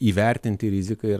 įvertinti riziką ir